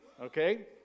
Okay